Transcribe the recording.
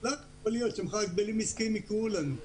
יכול להיות שמחר ההגבלים העסקיים יקראו לנו.